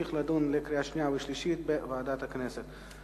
ותמשיך להידון לקראת קריאה שנייה ושלישית בוועדת הכנסת.